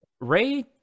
Ray